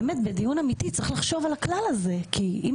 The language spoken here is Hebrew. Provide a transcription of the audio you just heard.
בדיון אמיתי צריך לחשוב על הכלל הזה כי אם